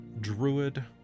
druid